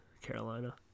Carolina